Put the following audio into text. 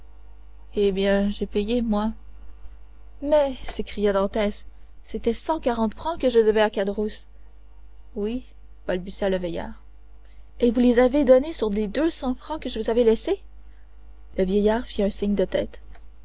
eh bien j'ai payé moi mais s'écria dantès c'était cent quarante francs que je devais à caderousse oui balbutia le vieillard et vous les avez donnés sur les deux cent francs que je vous avais laissés le vieillard fit un signe de tête